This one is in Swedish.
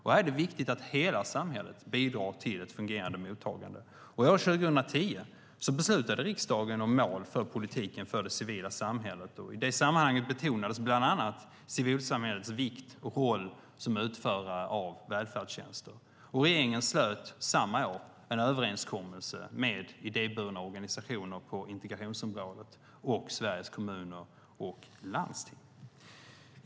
Då är det viktigt att hela samhället bidrar till ett fungerande mottagande. År 2010 beslutade riksdagen om mål för politiken för det civila samhället. I det sammanhanget betonades bland annat civilsamhällets vikt och roll som utförare av välfärdstjänster. Regeringen slöt samma år en överenskommelse med idéburna organisationer på integrationsområdet samt Sveriges Kommuner och Landsting.